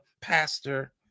pastor